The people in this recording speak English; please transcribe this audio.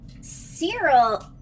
Cyril